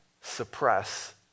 suppress